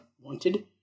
wanted